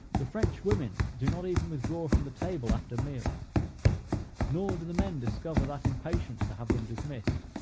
the french women do not even withdraw from the table after meals nor do the men discover that impatience to have them dismissed,